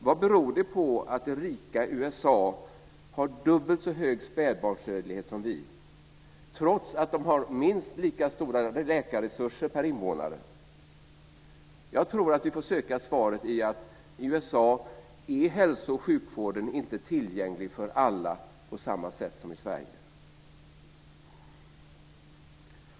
Vad beror det på att det rika USA har dubbelt så hög spädbarnsdödlighet som vi i Sverige trots att det har minst lika stora läkarresurser per invånare? Jag tror att vi får söka svaret i att i USA är hälso och sjukvården inte tillgänglig för alla på samma sätt som i Sverige.